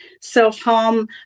self-harm